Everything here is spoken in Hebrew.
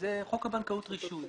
זה חוק הבנקאות (רישוי).